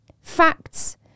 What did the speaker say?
facts